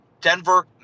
Denver